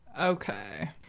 Okay